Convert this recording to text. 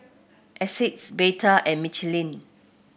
Asics Bata and Michelin